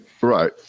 Right